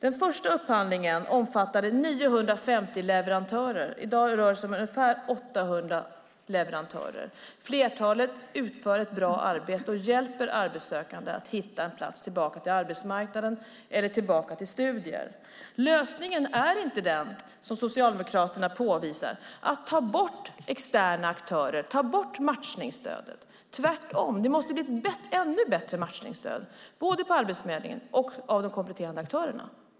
Den första upphandlingen omfattade 950 leverantörer. I dag rör det sig om ungefär 800 leverantörer. Flertalet utför ett bra arbete och hjälper arbetssökande att hitta en väg tillbaka till arbetsmarknaden eller studier. Lösningen är inte den som Socialdemokraterna påvisar, att ta bort externa aktörer och matchningsstödet. Tvärtom måste det bli ett ännu bättre matchningsstöd, både på Arbetsförmedlingen och från de kompletterande aktörerna.